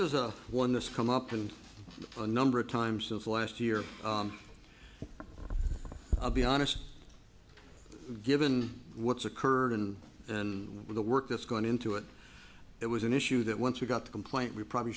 a one this come up in a number of times since last year i'll be honest given what's occurred in and with the work that's going into it it was an issue that once we got the complaint we probably